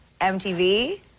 MTV